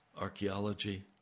archaeology